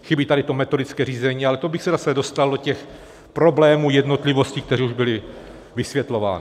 Chybí tady to metodické řízení, ale to bych se zase dostal do problémů a jednotlivostí, které už byly vysvětlovány.